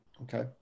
Okay